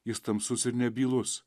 jis tamsus ir nebylus